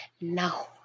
Now